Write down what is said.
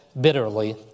bitterly